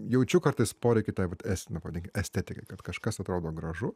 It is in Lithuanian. jaučiu kartais poreikį tai vat es nu pavadinkim estetikai kad kažkas atrodo gražu